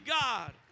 God